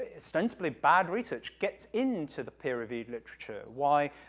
ah ostensibly, bad research gets into the peer-reviewed literature, why,